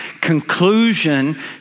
conclusion